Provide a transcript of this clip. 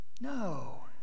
No